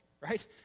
right